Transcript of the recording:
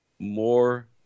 More